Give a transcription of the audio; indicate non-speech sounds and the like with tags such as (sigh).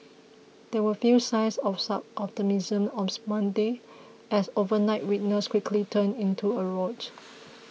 there were few signs of such optimism on Monday as overnight weakness quickly turned into a rout (noise)